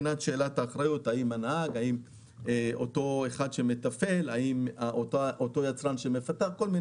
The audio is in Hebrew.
האם הנהג או מי שמתפעל או היצרן שמפתח את הרכב?